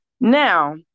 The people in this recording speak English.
now